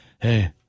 hey